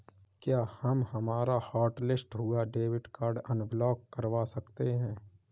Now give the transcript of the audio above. क्या हम हमारा हॉटलिस्ट हुआ डेबिट कार्ड अनब्लॉक करवा सकते हैं?